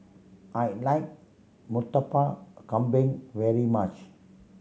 I like Murtabak Kambing very much